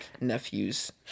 nephew's